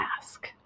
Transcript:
ask